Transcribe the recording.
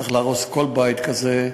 צריך להרוס כל בית כזה.